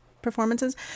performances